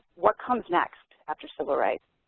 what comes next after civil rights.